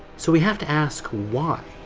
so we have to ask why.